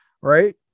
right